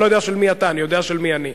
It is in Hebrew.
אני לא יודע של מי אתה, אני יודע של מי אני.